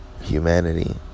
Humanity